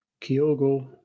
Kyogo